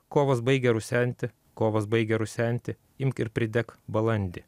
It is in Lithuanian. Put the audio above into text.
kovas baigė rusenti kovas baigė rusenti imk ir pridek balandį